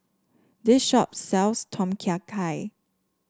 this shop sells Tom Kha Gai